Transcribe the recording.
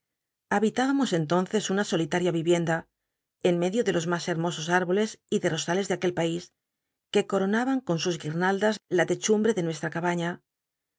habitlibamos entonces una solit uia vivienda en medio de los mas hermosos litboles y de rosales de aquel pais que coronaban con sus guirnaldas la techumbre de nuestra cabaiia